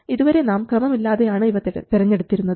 ഇതുവരെ നാം ക്രമം ഇല്ലാതെയാണ് ഇവ തെരഞ്ഞെടുത്തിരുന്നത്